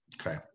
Okay